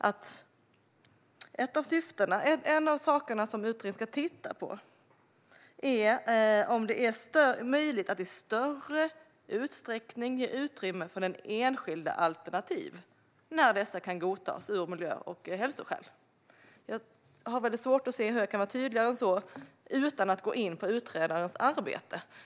Utredningen ska bland annat titta på om det är möjligt "att i större utsträckning ge utrymme för enskilda alternativ när dessa kan godtas med hänsyn till skyddet för människors hälsa och miljön". Jag har svårt att se hur jag kan vara tydligare än så utan att gå in på utredarens arbete.